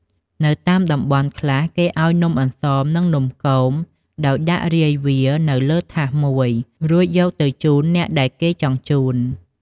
នៅតាមតំបន់ខ្លះ គេឱ្យនំអន្សម និងនំគមដោយដាក់រាយវានៅលើថាសមួយ រួចយកទៅជូនអ្នកដែលគេចង់ជូន។